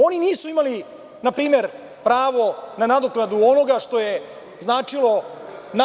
Oni nisu imali, na primer, pravo na nadoknadu onoga što im je značilo.